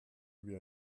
wie